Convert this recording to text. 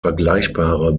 vergleichbare